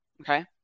Okay